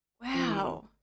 Wow